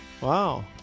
Wow